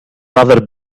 rather